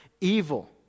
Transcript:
evil